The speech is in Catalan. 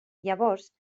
llavors